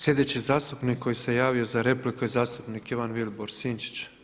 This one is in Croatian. Slijedeći zastupnik koji se javio za repliku je zastupnik Ivan Vilibor Sinčić.